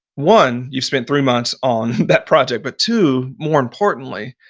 one, you spent three months on that project but two, more importantly,